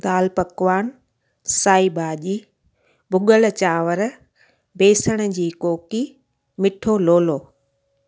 दाल पकवान साई भाॼी भुॻल चांवर बेसण जी कोकी मिठो लोलो